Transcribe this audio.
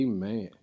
Amen